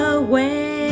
away